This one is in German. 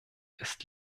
ist